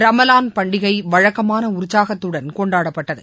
ரமலான் பண்டிகை வழக்கமான உற்சாகத்துடன் கொண்டாடப்பட்டது